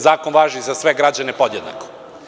Zakon važi za sve građane podjednako.